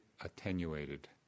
attenuated